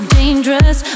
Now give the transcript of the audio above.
dangerous